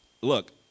look